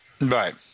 Right